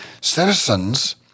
citizens